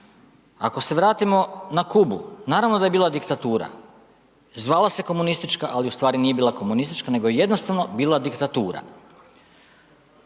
Ako se vratimo na Kubu, naravno da je bila diktatura, zvala se komunistička, ali u stvari nije bila komunistička nego je jednostavno bila diktatura.